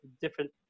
different